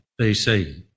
BC